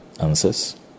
answers